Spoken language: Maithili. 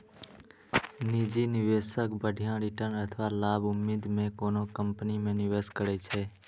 निजी निवेशक बढ़िया रिटर्न अथवा लाभक उम्मीद मे कोनो कंपनी मे निवेश करै छै